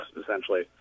essentially